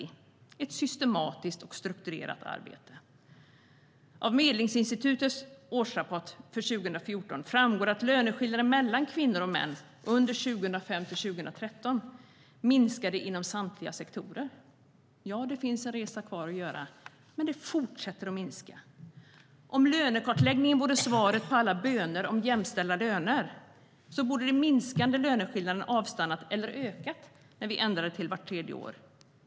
Det blir ett systematiskt och strukturerat arbete. Om lönekartläggningen vore svaret på alla böner om jämställda löner borde minskningen ha avstannat eller löneskillnaden ökat när vi ändrade till vart tredje år.